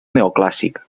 neoclàssic